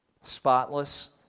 Spotless